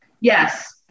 Yes